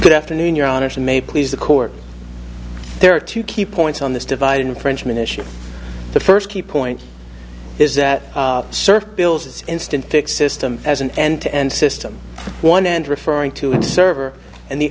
good afternoon you're on it may please the court there are two key points on this divide infringement issue the first key point is that surf bills instant fix system as an end to end system one end referring to the server and the